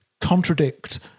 contradict